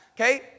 okay